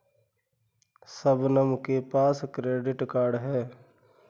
शबनम के पास credit card है